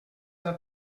del